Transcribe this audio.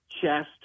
chest